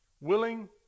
Willing